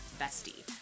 Bestie